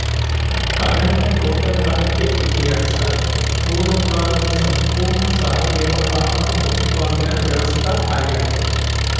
ಅರಣ್ಯ ತೋಟಗಾರಿಕೆ ಇತಿಹಾಸ ಪೂರ್ವಕಾಲದ ಸಂಪೂರ್ಣ ಸಾವಯವ ಆಹಾರ ಉತ್ಪಾದನೆ ವ್ಯವಸ್ಥಾ ಆಗ್ಯಾದ